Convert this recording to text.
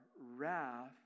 wrath